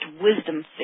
wisdom